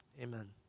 Amen